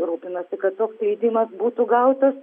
rūpinasi kad toks leidimas būtų gautas